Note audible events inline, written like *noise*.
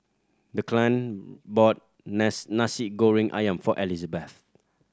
Declan bought *unintelligible* Nasi Goreng Ayam for Elizebeth